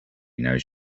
knows